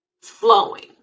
flowing